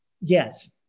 yes